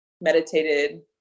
meditated